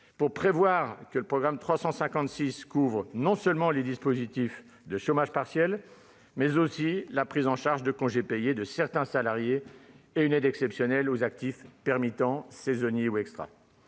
prévoir que le programme 356 couvre non seulement les dispositifs de chômage partiel, mais aussi la prise en charge de congés payés de certains salariés et une aide exceptionnelle aux actifs permittents, saisonniers ou extras.